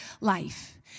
life